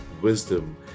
wisdom